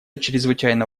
чрезвычайно